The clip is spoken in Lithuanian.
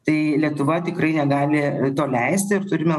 tai lietuva tikrai negali to leist ir turime